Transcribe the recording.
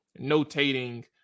notating